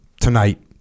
tonight